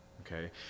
Okay